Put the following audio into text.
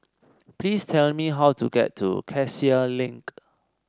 please tell me how to get to Cassia Link